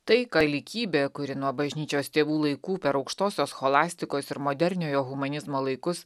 tai kalikybė kuri nuo bažnyčios tėvų laikų per aukštosios cholastikos ir moderniojo humanizmo laikus